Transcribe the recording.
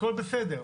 הכל בסדר,